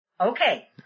Okay